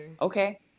Okay